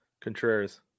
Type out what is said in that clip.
Contreras